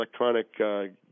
electronic